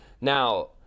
Now—